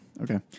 Okay